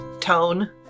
tone